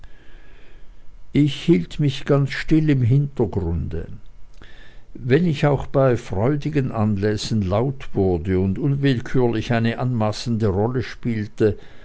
ich hielt mich ganz still im hintergrunde wenn ich auch bei freudigen anlässen laut wurde und unwillkürlich eine anmaßende rolle spielte